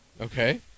Okay